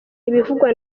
ibivugwa